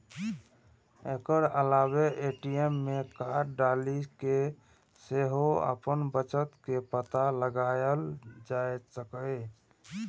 एकर अलावे ए.टी.एम मे कार्ड डालि कें सेहो अपन बचत के पता लगाएल जा सकैए